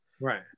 right